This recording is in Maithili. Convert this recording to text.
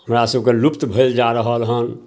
हमरासभके लुप्त भेल जा रहल हँ